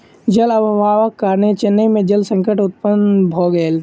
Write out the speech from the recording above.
जल अभावक कारणेँ चेन्नई में जल संकट उत्पन्न भ गेल